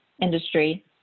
industry